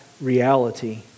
reality